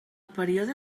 període